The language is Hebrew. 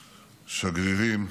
שגרירים,